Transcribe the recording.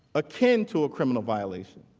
ah came to a criminal violation